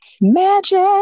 Magic